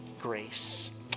grace